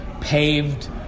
paved